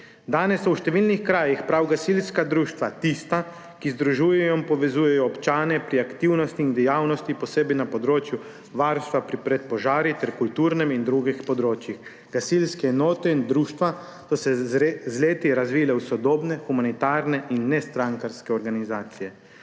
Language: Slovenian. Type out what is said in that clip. Danes so v številnih krajih prav gasilska društva tista, ki združujejo in povezujejo občane pri aktivnosti in dejavnosti posebej na področju varstva pred požari ter na kulturnem in drugih področjih. Gasilske enote in društva so se z leti razvili v sodobne, humanitarne in nestrankarske organizacije.